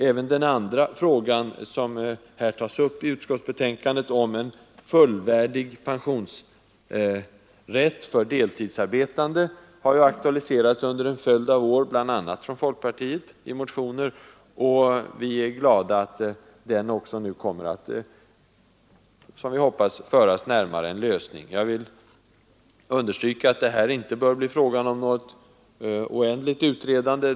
Även den andra frågan som tas upp i utskottsbetänkandet — om en fullvärdig pensionsrätt för deltidsarbetande — har aktualiserats under en följd av år, bl.a. i motioner från folkpartiet. Vi är glada att också den frågan nu, som vi hoppas, kommer att föras närmare en lösning. Jag vill understryka att det inte bör bli fråga om något oändligt utredande.